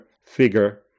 figure